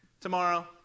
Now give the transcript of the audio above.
Tomorrow